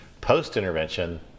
Post-intervention